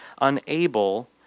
unable